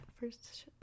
first